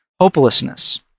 hopelessness